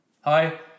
Hi